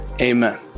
amen